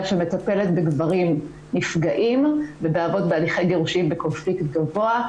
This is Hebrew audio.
שמטפלת בגברים נפגעים ובאבות בהליכי גירושין בקונפליקט גבוה.